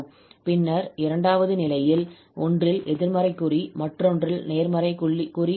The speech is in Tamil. பின்னர் இரண்டாவது நிலையில் ஒன்றில் எதிர்மறை குறி மற்றொன்றில் நேர்மறை குறி உள்ளது